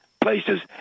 places